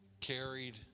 carried